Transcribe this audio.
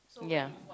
ya